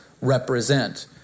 represent